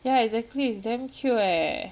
ya exactly is damn cute eh